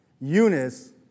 Eunice